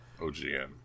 OGN